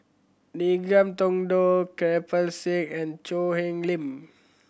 Ngiam Tong Dow Kirpal Singh and Choo Hwee Lim